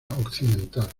occidental